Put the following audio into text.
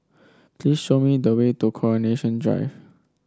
please show me the way to Coronation Drive